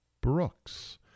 Brooks